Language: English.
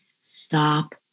stop